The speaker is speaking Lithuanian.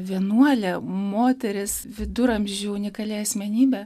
vienuolė moteris viduramžių unikali asmenybė